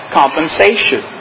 compensation